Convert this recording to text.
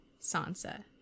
Sansa